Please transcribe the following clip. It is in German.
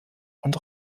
und